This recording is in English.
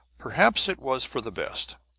perhaps it was for the best.